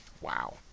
Wow